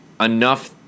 enough